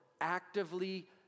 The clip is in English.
actively